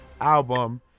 album